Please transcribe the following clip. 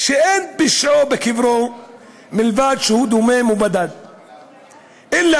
שאין פשעו מלבד שהוא דומם ובדד בקברו אלא